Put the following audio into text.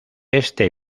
este